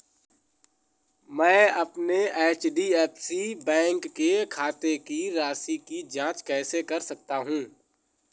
मैं अपने HDFC bank के खाते की शेष राशि की जाँच कैसे कर सकता हूँ?